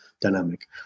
dynamic